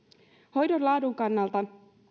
hoidon laadun kannalta